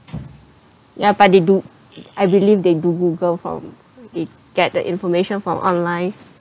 yeah but they do I believe they do google from they get the information from online